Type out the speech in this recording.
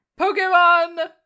Pokemon